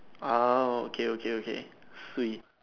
ah okay okay okay swee